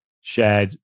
shared